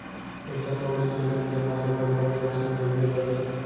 पइसा कउड़ी के लेन देन म तो बरोबर जोखिम रइबे करथे